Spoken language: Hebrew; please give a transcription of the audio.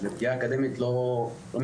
שזה פגיעה אקדמית לא מידתית.